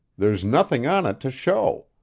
there's nothing on it to show.